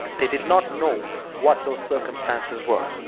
they did not know what those circumstances were.